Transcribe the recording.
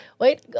Wait